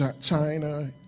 China